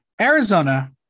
Arizona